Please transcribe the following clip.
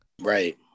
Right